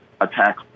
attack